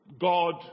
God